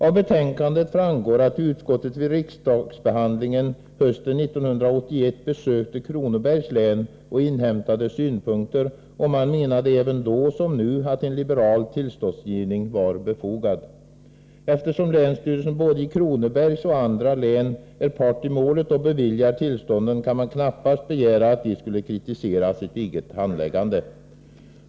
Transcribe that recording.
Av betänkandet framgår att utskottet vid riksdagsbehandlingen hösten 1981 besökte Kronobergs län och inhämtade synpunkter, och man menade då som nu att en liberal tillståndsgivning var befogad. Eftersom länsstyrelsen i Kronobergs liksom i andra län är part i målet och beviljar tillstånden, kan man knappast begära att den skulle kritisera sitt eget handläggande.